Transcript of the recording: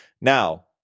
Now